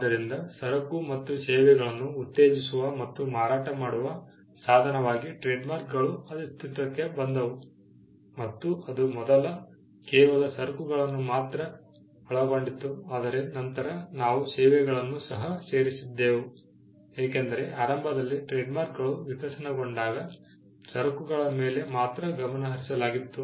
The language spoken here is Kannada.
ಆದ್ದರಿಂದ ಸರಕು ಮತ್ತು ಸೇವೆಗಳನ್ನು ಉತ್ತೇಜಿಸುವ ಮತ್ತು ಮಾರಾಟ ಮಾಡುವ ಸಾಧನವಾಗಿ ಟ್ರೇಡ್ಮಾರ್ಕ್ಗಳು ಅಸ್ತಿತ್ವಕ್ಕೆ ಬಂದವು ಮತ್ತು ಅದು ಮೊದಲು ಕೇವಲ ಸರಕುಗಳನ್ನು ಮಾತ್ರ ಒಳಗೊಂಡಿತ್ತು ಆದರೆ ನಂತರ ನಾವು ಸೇವೆಗಳನ್ನು ಸಹ ಸೇರಿಸಿದ್ದೆವು ಏಕೆಂದರೆ ಆರಂಭದಲ್ಲಿ ಟ್ರೇಡ್ಮಾರ್ಕ್ಗಳು ವಿಕಸನಗೊಂಡಾಗ ಸರಕುಗಳ ಮೇಲೆ ಮಾತ್ರ ಗಮನಹರಿಸಲಾಗಿತ್ತು